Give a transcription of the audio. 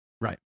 right